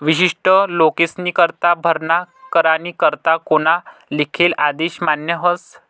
विशिष्ट लोकेस्नीकरता भरणा करानी करता कोना लिखेल आदेश मान्य व्हस